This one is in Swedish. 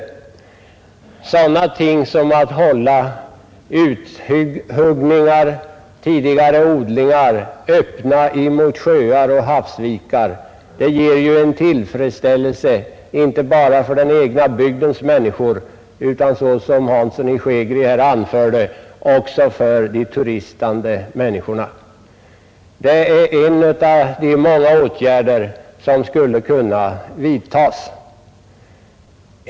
Sådana ting som att hålla uthuggningar, tidigare odlingar, öppna mot sjöar och havsvikar ger en tillfredsställelse inte bara för den egna bygdens människor utan, såsom herr Hansson i Skegrie här anförde, också för de turistande människorna. Det är en av de många åtgärder som skulle kunna vidtas.